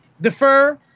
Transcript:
defer